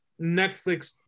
Netflix